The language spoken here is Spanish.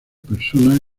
persona